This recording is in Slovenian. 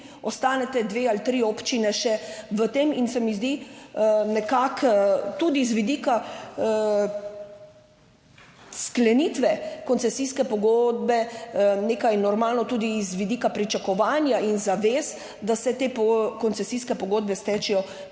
ostaneta dve ali tri občine še v tem. Se mi zdi, nekako tudi z vidika sklenitve koncesijske pogodbe nekaj normalno, tudi iz vidika pričakovanja in zavez, da se te koncesijske pogodbe stečejo po